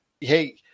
hey